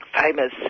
famous